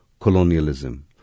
colonialism